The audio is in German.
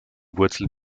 wurzeln